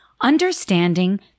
Understanding